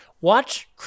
Watch